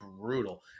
brutal